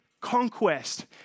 conquest